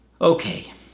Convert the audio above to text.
Okay